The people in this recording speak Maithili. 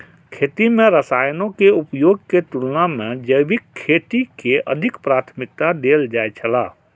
खेती में रसायनों के उपयोग के तुलना में जैविक खेती के अधिक प्राथमिकता देल जाय छला